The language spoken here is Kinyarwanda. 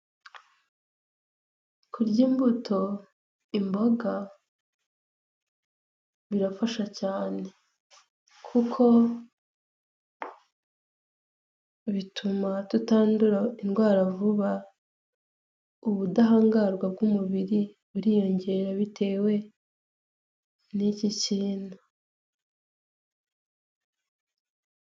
Kurya imbuto, imboga birafasha cyane kuko bituma tutandura indwara vuba, ubudahangarwa bw'umubiri buriyongera bitewe n'iki kintu.